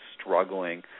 struggling